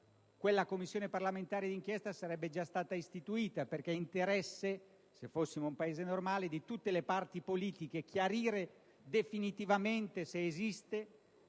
quella Commissione parlamentare di inchiesta sarebbe già stata istituita, perché è interesse - ripeto: se fossimo un Paese normale - di tutte le parti politiche chiarire definitivamente se esiste,